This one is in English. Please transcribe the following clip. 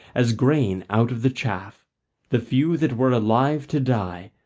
as grain out of the chaff the few that were alive to die,